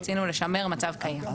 רצינו לשמר מצב קיים.